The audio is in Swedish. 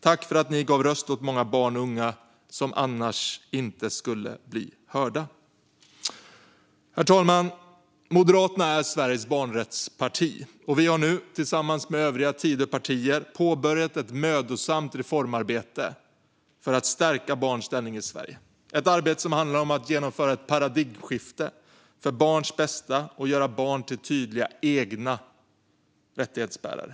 Tack för att ni gav röst åt många barn och unga som annars inte skulle bli hörda! Herr talman! Moderaterna är Sveriges barnrättsparti. Vi har nu, tillsammans med övriga Tidöpartier, påbörjat ett mödosamt reformarbete för att stärka barns ställning i Sverige. Det är ett arbete som handlar att genomföra ett paradigmskifte för barns bästa och att göra barn till tydliga egna rättighetsbärare.